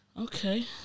Okay